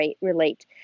relate